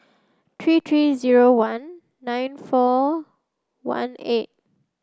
three three zero one nine four one eight